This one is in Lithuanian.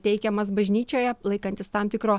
teikiamas bažnyčioje laikantis tam tikro